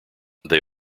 they